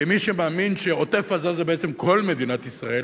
כמי שמאמין שעוטף-עזה זה בעצם כל מדינת ישראל,